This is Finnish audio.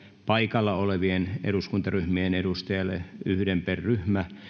paikalla olevien eduskuntaryhmien edustajille yhden per ryhmä